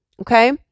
Okay